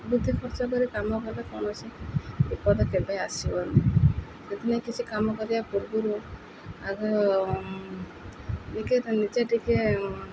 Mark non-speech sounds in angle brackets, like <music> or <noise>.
ବୁଦ୍ଧି ଖର୍ଚ୍ଚ କରି କାମ ଭାବେ କୌଣସି ବିପଦ କେବେ ଆସିବନି ସେଥିପାଇଁ କିଛି କାମ କରିବା ପୂର୍ବୁରୁ ଆଗ <unintelligible> ନିଜେ ଟିକେ